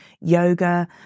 yoga